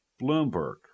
Bloomberg